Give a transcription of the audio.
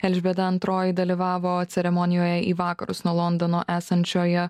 elžbieta antroji dalyvavo ceremonijoje į vakarus nuo londono esančioje